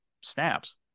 snaps